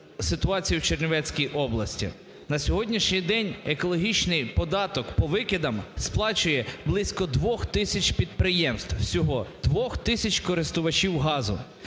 ситуацію в Чернівецькій області. На сьогоднішній день екологічний податок по викидам сплачує близько 2 тисяч підприємств, всього, 2 тисяч користувачів газу.